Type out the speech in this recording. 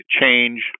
change